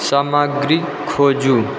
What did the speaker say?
सामग्री खोजू